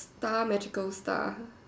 star magical star